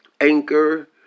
Anchor